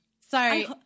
Sorry